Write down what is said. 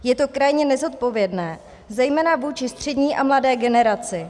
Je to krajně nezodpovědné zejména vůči střední a mladé generaci.